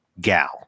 gal